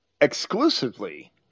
exclusively